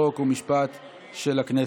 חוק ומשפט של הכנסת.